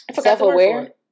Self-aware